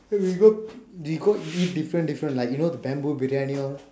we go we go eat different different like you know the bamboo